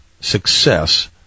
success